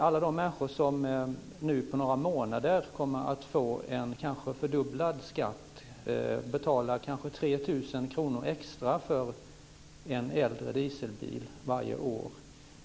Många människor kommer om några månader att få kanske fördubblad skatt och ska betala 3 000 kr extra för en äldre dieselbil varje år.